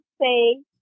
say